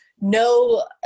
no –